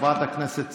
חברת הכנסת סילמן,